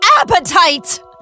appetite